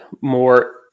more